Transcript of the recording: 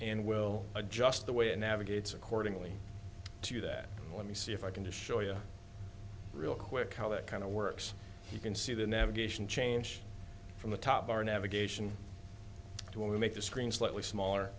and we'll adjust the way it navigates accordingly to that let me see if i can just show you real quick how that kind of works you can see the navigation change from the top bar navigation when we make the screen slightly smaller